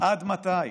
עד מתי?